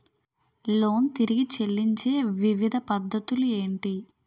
Loan తిరిగి చెల్లించే వివిధ పద్ధతులు ఏంటి?